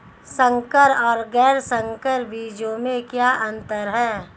संकर और गैर संकर बीजों में क्या अंतर है?